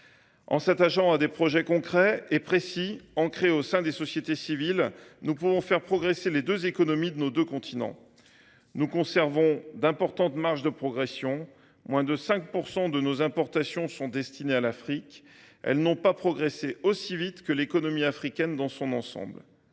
En s’attachant à des projets concrets et précis, ancrés au sein des sociétés civiles, nous pouvons faire progresser les deux économies de nos deux continents. Nous conservons d’importantes marges de progression : moins de 5 % de nos importations sont destinées à l’Afrique. Elles n’ont pas progressé aussi vite que l’économie africaine dans son ensemble.